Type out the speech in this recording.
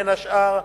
בין השאר,